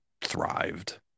thrived